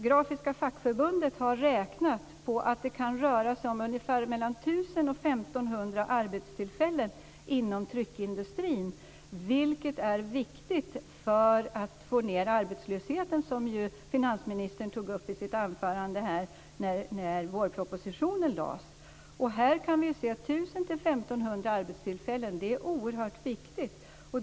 Grafiska fackförbundet har räknat på detta och fått fram att det kan röra sig om mellan 1 000 och 1 500 arbetstillfällen inom tryckindustrin, vilket är viktigt när det gäller att få ned arbetslösheten, som finansministern tog upp i sitt anförande när vårpropositionen lades fram. Vi kan se att dessa 1 000 till 1 500 arbetstillfällen är oerhört viktiga.